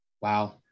Wow